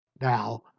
now